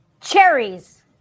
Cherries